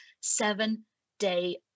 seven-day